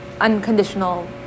unconditional